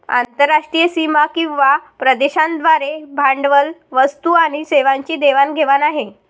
आंतरराष्ट्रीय सीमा किंवा प्रदेशांद्वारे भांडवल, वस्तू आणि सेवांची देवाण घेवाण आहे